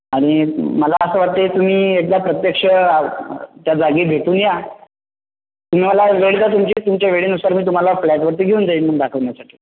आणि मला असं वाटते तुम्ही एकदा प्रत्यक्ष त्या जागी भेटून या तुम्ही मला वेळ द्या तुमची तुमच्या वेळेनुसार मी तुम्हाला फ्लॅटवरती घेऊन जाईन रूम दाखवण्यासाठी